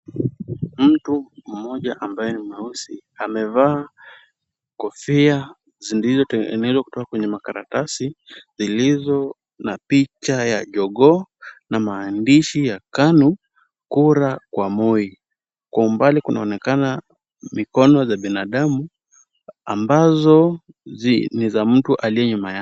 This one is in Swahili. Mtu mmoja ambaye ni mweusi amevaa kofia zilizotengenezwa kutoka kwenye makaratasi zilizo na picha ya jogoo na maandishi ya KANU kura kwa Moi. Kwa umbali kunaonekana mikono za binadamu ambazo ni za mtu aliye nyuma yake.